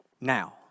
now